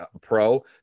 pro